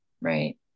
right